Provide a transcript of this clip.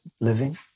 living